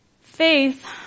faith